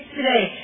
today